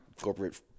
corporate